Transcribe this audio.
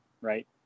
right